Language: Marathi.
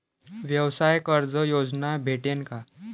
व्यवसाय कर्ज योजना भेटेन का?